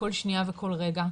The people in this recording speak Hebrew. כל שנייה וכל רגע,